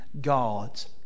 God's